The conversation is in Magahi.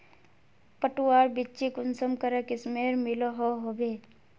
पटवार बिच्ची कुंसम करे किस्मेर मिलोहो होबे?